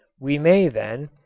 we may, then,